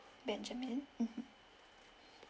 benjamin mmhmm